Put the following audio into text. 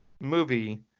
movie